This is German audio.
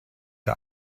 der